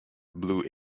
blue